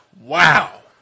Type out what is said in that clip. Wow